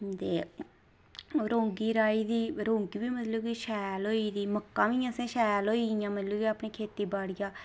ते रौंगी राही दी ते रौंगी बी मतलब मतलब कि शैल होई दी मक्कां बी असें शैल होई गेइयां मतलब कि अपनी खेती बाड़ियां